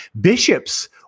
Bishops